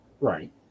Right